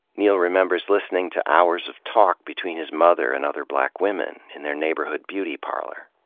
neal remembers listening to hours of talk between his mother and other black women in their neighborhood beauty parlor.